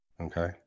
Okay